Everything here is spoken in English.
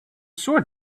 sword